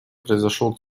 произошел